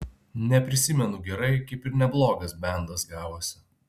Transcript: neprisimenu gerai kaip ir neblogas bendas gavosi